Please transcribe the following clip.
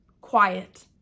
quiet